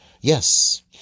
Yes